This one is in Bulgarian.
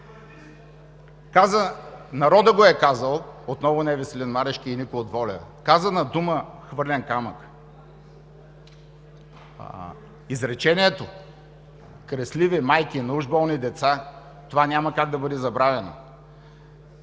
Народът го е казал – отново не е Веселин Марешки и никой от ВОЛЯ: „Казана дума, хвърлен камък.“ Изречението „кресливи майки на уж болни деца“ няма как да бъде забравено.